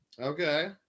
Okay